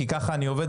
כי ככה אני עובד,